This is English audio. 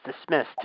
dismissed